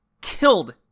killed